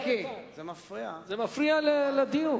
זה מפריע לדיון.